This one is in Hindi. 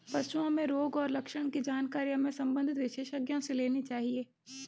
पशुओं में रोग और लक्षण की जानकारी हमें संबंधित विशेषज्ञों से लेनी चाहिए